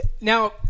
Now